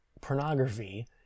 pornography